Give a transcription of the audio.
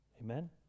Amen